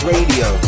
Radio